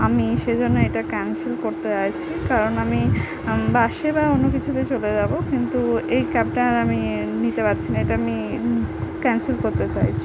আমি সেজন্য এটা ক্যান্সেল করতে চাইছি কারণ আমি বাসে বা অন্য কিছুতে চলে যাব কিন্তু এই ক্যাবটা আর আমি নিতে পারছি না এটা আমি ক্যান্সেল করতে চাইছি